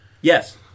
Yes